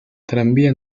tranvía